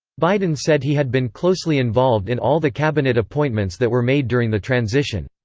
biden said he had been closely involved in all the cabinet appointments that were made during the transition.